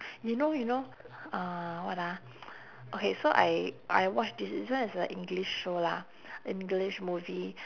you know you know uh what ah okay so I I watch thi~ this one is a english show lah english movie